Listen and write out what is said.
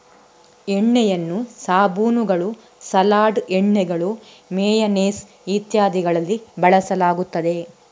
ಎಣ್ಣೆಯನ್ನು ಸಾಬೂನುಗಳು, ಸಲಾಡ್ ಎಣ್ಣೆಗಳು, ಮೇಯನೇಸ್ ಇತ್ಯಾದಿಗಳಲ್ಲಿ ಬಳಸಲಾಗುತ್ತದೆ